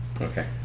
Okay